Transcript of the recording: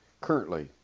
currently